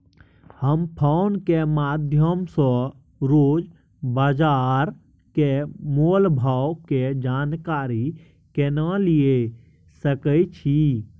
हम फोन के माध्यम सो रोज बाजार के मोल भाव के जानकारी केना लिए सके छी?